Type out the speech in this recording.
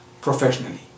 professionally